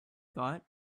thought